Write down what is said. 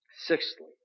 sixthly